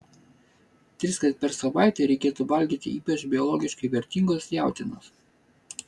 triskart per savaitę reikėtų valgyti ypač biologiškai vertingos jautienos